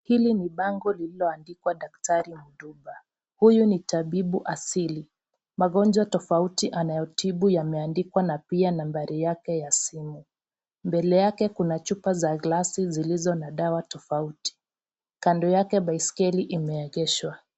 Hili ni bango lililoandikwa daktari mduba, huyu ni tabibu asili magonjwa tofauti anayotibu yameandikwa na pia nambari yake ya simu. Mbele yake kuna chupa za glasi zilizo na dawa tofauti, kando yake baiskeli imeegeshwa.